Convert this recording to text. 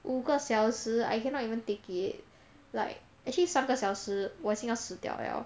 五个小时 I cannot even take it like actually 三个小时我已经要死掉了